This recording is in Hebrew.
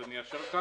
זה מיישר קו,